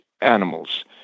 animals